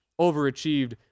overachieved